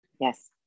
Yes